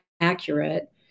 accurate